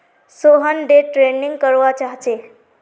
Sohan day trading करवा चाह्चे